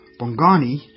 Bongani